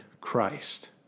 Christ